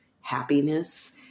happiness